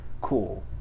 cool